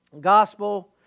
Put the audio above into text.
Gospel